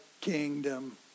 kingdom